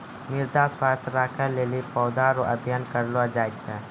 मृदा स्वास्थ्य राखै लेली पौधा रो अध्ययन करलो जाय छै